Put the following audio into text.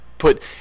Put